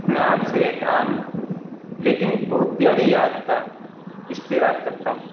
میں آپ سے ایک عام لیکن بہت پیاری یاد کا اشتراک کرتا ہوں